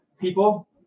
people